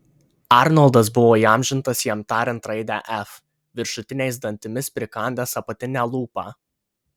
arnoldas buvo įamžintas jam tariant raidę f viršutiniais dantimis prikandęs apatinę lūpą